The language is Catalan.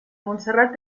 montserrat